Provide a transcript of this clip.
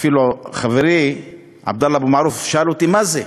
אפילו חברי עבדאללה אבו מערוף שאל אותי מה זה,